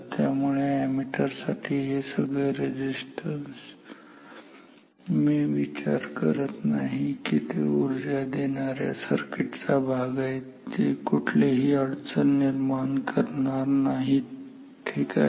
त्यामुळे अॅमीटर साठी हे सगळे रेझिस्टन्स मी विचार करत नाही की ते ऊर्जा देणाऱ्या सर्किट चा भाग आहेत आणि ते कुठलीही अडचण निर्माण करणार नाहीत ठीक आहे